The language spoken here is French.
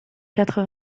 quatre